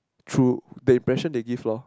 through the impression they give lor